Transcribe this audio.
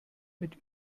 mit